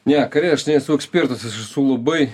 ne kare aš nesu ekspertas aš esu labai